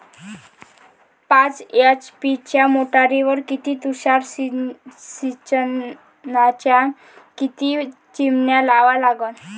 पाच एच.पी च्या मोटारीवर किती तुषार सिंचनाच्या किती चिमन्या लावा लागन?